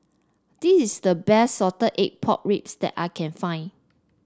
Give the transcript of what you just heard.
this is the best Salted Egg Pork Ribs that I can find